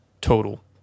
total